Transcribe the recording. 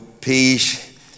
peace